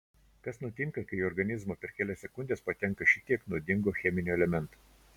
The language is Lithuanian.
kas nutinka kai į organizmą per kelias sekundes patenka šitiek nuodingo cheminio elemento